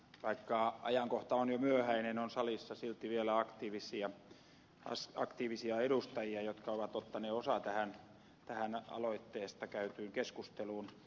vaikka ajankohta on jo myöhäinen on salissa silti vielä aktiivisia edustajia jotka ovat ottaneet osaa tähän aloitteesta käytyyn keskusteluun